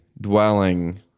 dwelling